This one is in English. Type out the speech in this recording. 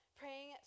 praying